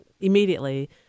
immediately